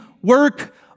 Work